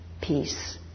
peace